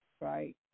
right